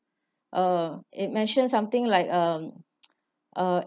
uh it mentioned something like um uh